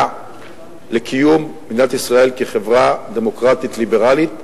לקיום מדינת ישראל כחברה דמוקרטית-ליברלית,